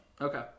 Okay